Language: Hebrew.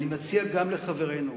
ואני מבקש,